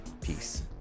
Peace